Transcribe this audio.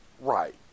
Right